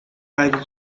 rijden